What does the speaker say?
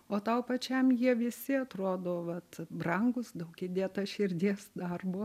o tau pačiam jie visi atrodo vat brangūs daug įdėta širdies darbo